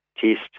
test